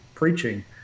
preaching